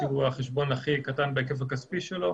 שהוא החשבון הכי קטן בהיקף הכספי שלו